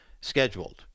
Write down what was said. scheduled